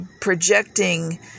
projecting